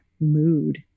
mood